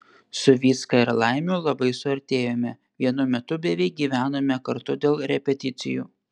su vycka ir laimiu labai suartėjome vienu metu beveik gyvenome kartu dėl repeticijų